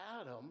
Adam